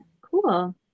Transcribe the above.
Cool